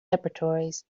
laboratories